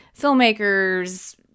filmmakers